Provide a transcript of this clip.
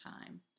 time